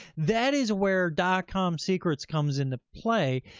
that is where dotcom secrets comes into play.